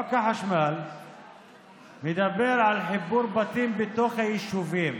חוק החשמל מדבר על חיבור בתים לחשמל בתוך היישובים.